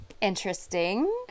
interesting